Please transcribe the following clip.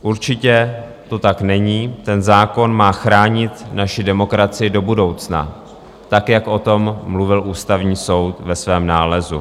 Určitě to tak není, ten zákon má chránit naši demokracii do budoucna, tak jak o tom mluvil Ústavní soud ve svém nálezu.